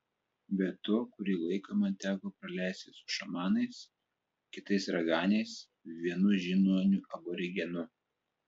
be to kurį laiką man teko praleisti su šamanais kitais raganiais vienu žiniuoniu aborigenu